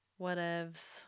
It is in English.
Whatevs